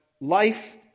life